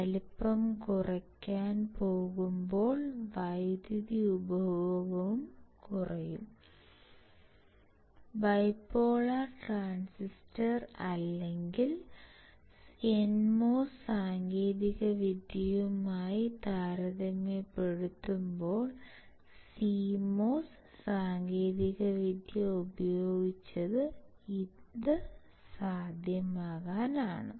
വലുപ്പം കുറയ്ക്കാൻ പോകുമ്പോൾ വൈദ്യുതി ഉപഭോഗവും കുറയുന്നു ബൈപോളാർ ട്രാൻസിസ്റ്റർ അല്ലെങ്കിൽ NMOS സാങ്കേതികവിദ്യയുമായി താരതമ്യപ്പെടുത്തുമ്പോൾ CMOS സാങ്കേതികവിദ്യ ഉപയോഗിച്ച് ഇത് സാധ്യമാണ്